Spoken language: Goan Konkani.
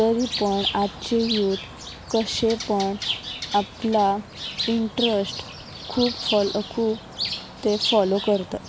तरी पण आजचे यूत कशेंपण आपला इंट्रस्ट खूब फोलो खूब ते फोलो करतात